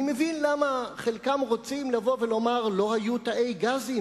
אני מבין למה חלקם רוצים לומר: לא היו תאי גזים.